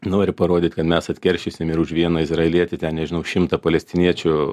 nori parodyti kad mes atkeršysim ir už vieną izraelietį ten nežinau šimtą palestiniečių